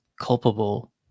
culpable